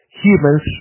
humans